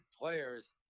players